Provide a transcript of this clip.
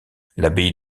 l’abbaye